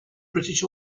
british